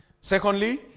Secondly